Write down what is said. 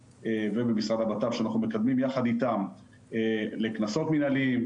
ובמשרד הבט"פ שאנחנו מקדמים יחד איתם לקנסות מנהליים,